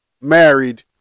married